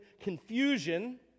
confusion